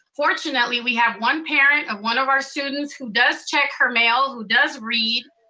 fortunately, we have one parent of one of our students who does check her mail, who does read,